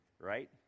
right